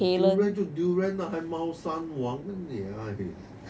durian 就 durian lah 还貓山王 nia ah 你